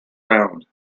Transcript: round